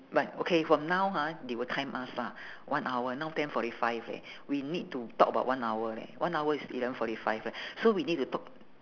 but okay from now ha they will time us lah one hour now ten forty five leh we need to talk about one hour leh one hour is eleven forty five right so we need to talk